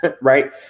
Right